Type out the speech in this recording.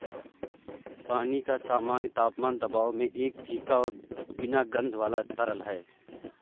पानी का सामान्य तापमान दबाव में एक फीका और बिना गंध वाला तरल है